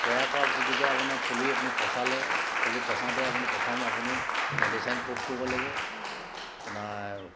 তৈয়াৰ পৰা পিছত যেতিয়া আপোনাৰ পুলি আপুনি পচালে পুলি পচাওঁতে আপুনি প্ৰথম আপুনি মেডিচাইন প্ৰুফ হ'ব লাগিব আমাৰ